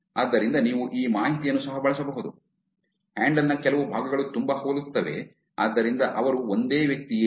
ಆದ್ದರಿಂದ ನೀವು ಈ ಮಾಹಿತಿಯನ್ನು ಸಹ ಬಳಸಬಹುದು ಹ್ಯಾಂಡಲ್ ನ ಕೆಲವು ಭಾಗಗಳು ತುಂಬಾ ಹೋಲುತ್ತವೆ ಆದ್ದರಿಂದ ಅವರು ಒಂದೇ ವ್ಯಕ್ತಿಯೇ